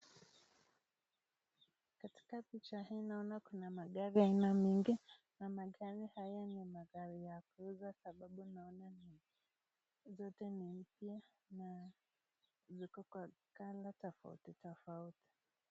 Katika picha hii naona kuna magari aina mingi na magari haya ni magari ya kuuza sababu naona ni zote ni mpya na ziko kwa kala tofauti tofauti.